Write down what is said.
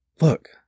Look